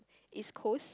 East-Coast